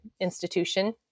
institution